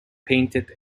painted